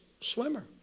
swimmer